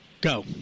Go